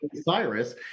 Cyrus